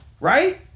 right